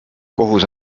kohus